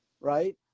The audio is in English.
Right